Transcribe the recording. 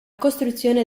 costruzione